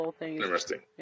Interesting